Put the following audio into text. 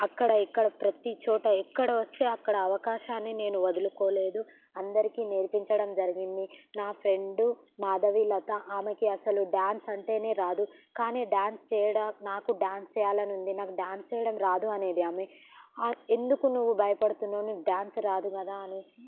అక్కడ ఇక్కడ ప్రతి చోట ఎక్కడ వస్తే అక్కడ అవకాశాన్ని నేను వదులుకోలేదు అందరికీ నేర్పించడం జరిగింది నా ఫ్రెండు మాధవి లత ఆమెకి అసలు డ్యాన్స్ అంటేనే రాదు కానీ డాన్స్ చేయడం నాకు డ్యాన్స్ చేయాలని ఉంది నాకు డ్యాన్స్ వేయడం రాదు అనేది ఆమె ఎందుకు నువ్వు భయపడుతున్నావు నీకు డ్యాన్స్ రాదు కదా అనేసి